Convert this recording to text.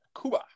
Cuba